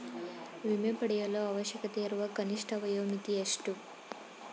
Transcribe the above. ವಿಮೆ ಪಡೆಯಲು ಅವಶ್ಯಕತೆಯಿರುವ ಕನಿಷ್ಠ ವಯೋಮಿತಿ ಎಷ್ಟು?